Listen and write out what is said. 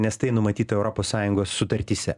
nes tai numatyta europos sąjungos sutartyse